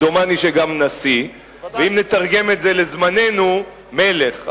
דומני שגם נשיא, אם נתרגם את זה לזמננו, מלך.